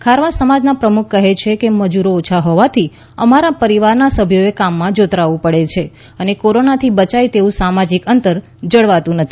ખારવા સમાજના પ્રમુખ કહે છે કે મજૂરો ઓછા હોવાથી અમારા પરિવારના સભ્યોએ કામ માં જોતરાવું પડે છે અને કોરોનાથી બયાય તેવું સામાજિક અંતર જળવાતું નથી